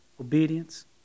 obedience